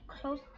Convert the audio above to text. close